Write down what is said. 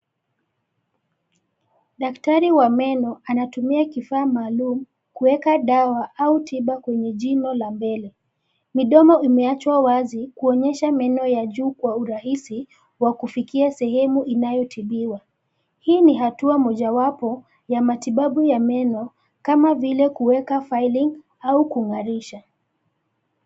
Daktari wa meno, anatumia kifaa maalum, kuweka dawa au tiba kwenye la mbele, Midomo imeachwa wazi kuonyesha meno ya juu kwa urahisi, wa kufikia sehemu inayotibiwa. Hii ni hatua mojawapo, ya matibabu ya meno, kama vile kuweka filling , au kung'arisha.